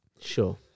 Sure